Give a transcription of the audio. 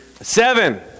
Seven